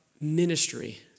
ministry